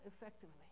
effectively